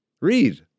Read